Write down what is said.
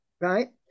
right